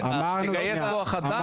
לגייס כוח אדם?